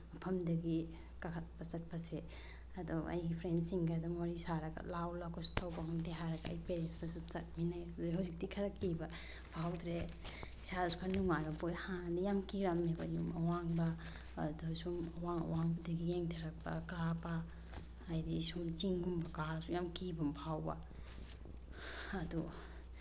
ꯃꯐꯝꯗꯒꯤ ꯀꯥꯈꯠꯄ ꯆꯠꯄꯁꯤ ꯑꯗꯣ ꯑꯩꯒꯤ ꯐ꯭ꯔꯦꯟꯁꯤꯡꯒ ꯑꯗꯨꯝ ꯋꯥꯔꯤ ꯁꯥꯔꯒ ꯂꯥꯎ ꯂꯥꯎ ꯀꯩꯁꯨ ꯇꯧꯕ ꯍꯧꯅꯗꯦ ꯍꯥꯏꯔꯒ ꯑꯩ ꯑꯗꯨꯝ ꯆꯠꯃꯤꯟꯅꯩ ꯑꯗꯣ ꯍꯧꯖꯤꯛꯇꯤ ꯈꯔ ꯀꯤꯕ ꯐꯥꯎꯗ꯭ꯔꯦ ꯏꯁꯥꯗꯁꯨ ꯈꯔ ꯅꯨꯡꯉꯥꯏꯕ ꯄꯣꯛꯑꯦ ꯍꯥꯟꯅꯗꯤ ꯌꯥꯝ ꯀꯤꯔꯝꯃꯦꯕ ꯌꯨꯝ ꯑꯋꯥꯡꯕ ꯑꯗꯨꯗ ꯁꯨꯝ ꯑꯋꯥꯡ ꯑꯋꯥꯡꯕꯗꯤ ꯌꯦꯡꯊꯔꯛꯄ ꯀꯥꯕ ꯍꯥꯏꯗꯤ ꯁꯨꯝ ꯆꯤꯡꯒꯨꯝꯕ ꯀꯥꯔꯁꯨ ꯌꯥꯝ ꯀꯤꯕ ꯑꯃ ꯐꯥꯎꯕ ꯑꯗꯨ